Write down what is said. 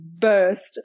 burst